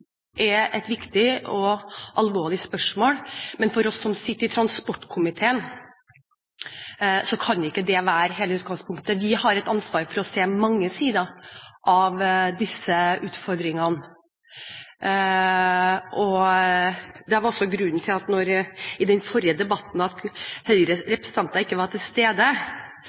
er et viktig og alvorlig spørsmål, men for oss som sitter i transportkomiteen, kan ikke det være hele utgangspunktet. Vi har et ansvar for å se mange sider av disse utfordringene. Grunnen til at Høyres representanter ikke var til stede ved den forrige debatten, skyldtes at